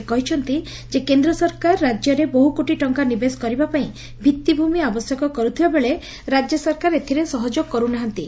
ସେ କହିଛନ୍ତି ଯେ କେନ୍ଦ ସରକାର ରାଜ୍ୟରେ ବହୁକୋଟି ଟଙ୍ଙା ନିବେଶ କରିବା ପାଇଁ ଭିଉିଭ୍ମି ଆବଶ୍ୟକ କରୁଥିବା ବେଳେ ରାଜ୍ୟ ସରକାର ଏଥିରେ ସହଯୋଗ କରୁନାହାନ୍ତି